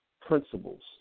principles